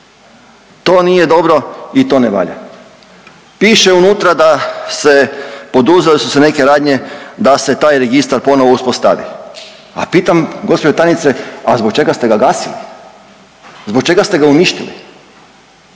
To nije dobro i to ne valja. Piše unutra da se, poduzele su se neke radnje da se taj registar ponovno uspostavi, a pitam, gđo tajnice, a zbog čega ste ga gasili? Zbog čega ste ga uništili?